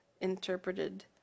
interpreted